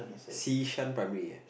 Xishan primary